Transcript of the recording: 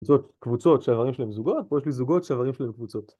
קבוצות שהאיברים שלהם זוגות, פה יש לי זוגות שהאיברים שלהם קבוצות